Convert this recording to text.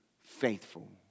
faithful